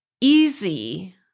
easy